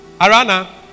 Arana